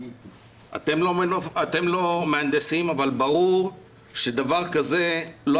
אתם לא מהנדסים אבל ברור שדבר כזה לא